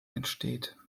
entsteht